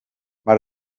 maar